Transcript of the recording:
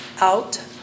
out